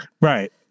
Right